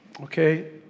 okay